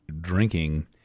drinking